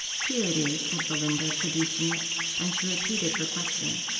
here it is, said belinda, producing it and she repeated her question,